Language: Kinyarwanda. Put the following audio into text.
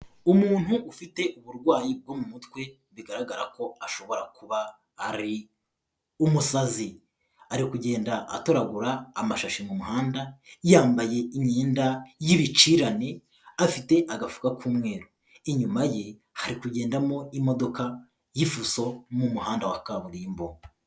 Umuntu ufite uburwayi bwo mu mutwe bigaragara ko ashobora kuba ari umusazi, ari kugenda atoragura amashashi mu muhanda yambaye imyenda y'ibicirane, afite agafuka k'umweru, inyuma ye hari kugendamo imodoka y'ifuso mu muhanda wa kaburimbo.